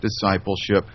discipleship